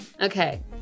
okay